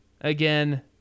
Again